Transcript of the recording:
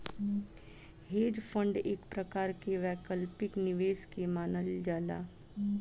hedge fund एक प्रकार के वैकल्पिक निवेश के मानल जाला